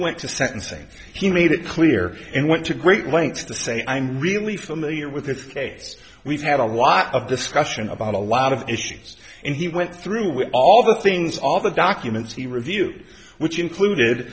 went to sentencing he made it clear and went to great lengths to say i'm really familiar with this case we've had a lot of discussion about a lot of issues and he went through with all the things all the documents he reviewed which included